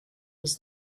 was